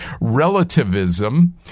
relativism